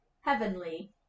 heavenly